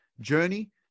journey